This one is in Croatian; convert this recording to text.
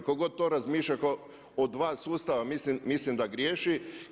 Tko god to razmišlja o dva sustava mislim da griješi.